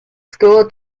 school